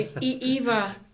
Eva